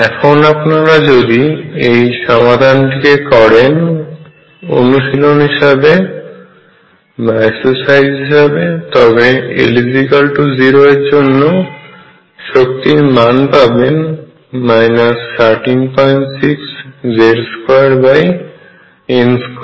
এখন আপনারা যদি এই সমাধানটিকে করেন অনুশীলন হিসেবে তবে l0 এর জন্য শক্তির মান খুঁজে পাবেন 136Z2n2